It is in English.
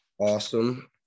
Awesome